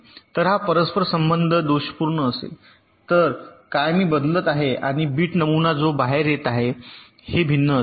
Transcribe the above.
तर जर हा परस्पर संबंध दोषपूर्ण असेल तर काय मी बदलत आहे आणि बीट नमुना जो बाहेर येत आहे भिन्न असेल